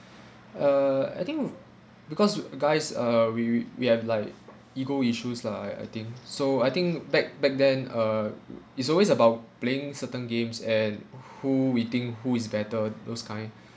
uh I think because guys are we we we have like ego issues lah I I think so I think back back then uh it's always about playing certain games and who we think who is better those kind